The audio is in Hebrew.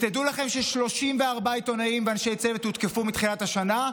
תדעו לכם ש-34 עיתונאים ואנשי צוות הותקפו מתחילת השנה,